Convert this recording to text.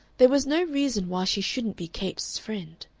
there was no reason why she shouldn't be capes' friend.